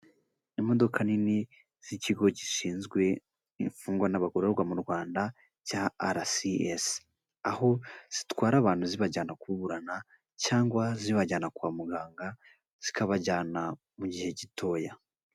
Imodoka nini z'ikigo gishinzwe imfungwa n'abagororwa mu Rwanda cya RCS, aho zitwara abantu zibajyana kuburana; cyangwa zibajyana kwa muganga zikabajyana mu gihe gitoya.